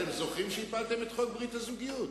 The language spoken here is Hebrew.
אתם זוכרים שהפלתם את חוק ברית הזוגיות?